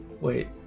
wait